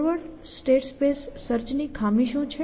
forward state space સર્ચની ખામી શું છે